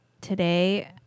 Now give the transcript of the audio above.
today